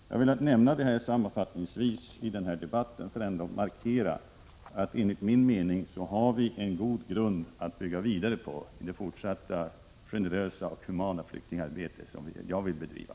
Jag har velat nämna detta sammanfattningsvis i debatten för att markera 10 november 1986 = att vi enligt min mening har en god grund att bygga vidare på i det fortsatta generösa och humana flyktingarbete som jag vill bedriva.